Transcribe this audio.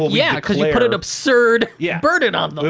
yeah, cause you put an absurd yeah burden on them.